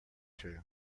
too